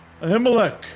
Ahimelech